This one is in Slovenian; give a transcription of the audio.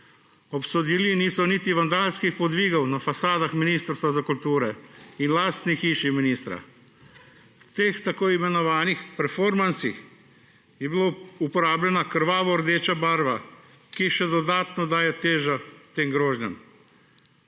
Obsodili niso niti vandalskih podvigov na fasadah Ministrstva za kulturo in lastni hiši ministra. V teh tako imenovanih performansih je bila uporabljena krvavordeča barva, ki še dodatno daje težo tem grožnjam.